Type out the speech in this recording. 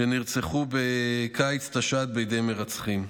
שנרצחו בקיץ תשע"ד בידי מרצחים.